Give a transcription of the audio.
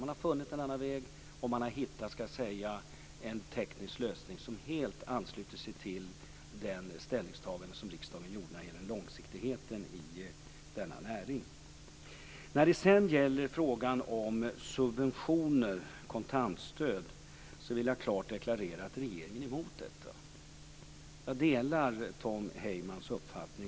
Man har funnit en annan väg, och man har hittat en teknisk lösning som helt ansluter sig till det ställningstagande som riksdagen gjorde när det gällde långsiktigheten i denna näring. Jag vill klart deklarera att regeringen är emot subventioner och kontantstöd. Jag delar Tom Heymans uppfattning.